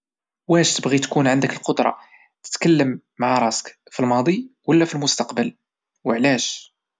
واش تبغي تكون عندك القدرة تتكلم مع راسك في الماضي ولى في المستقبل وعلاش؟